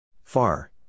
Far